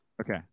Okay